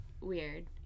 weird